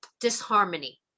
disharmony